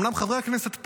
אומנם חברי הכנסת פה,